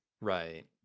Right